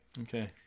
Okay